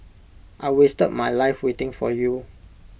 I wasted my life waiting for you